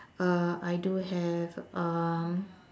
uh I do have um